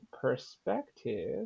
perspective